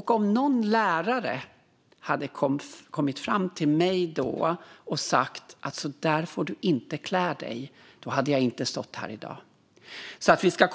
Om någon lärare då hade kommit fram till mig och sagt att så där får du inte klä dig hade jag inte stått här i dag. Vi ska